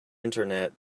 internet